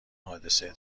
حادثه